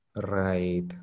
Right